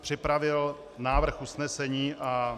Připravil jsem návrh usnesení a...